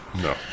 no